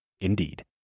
Indeed